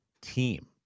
team